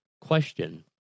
question